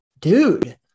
dude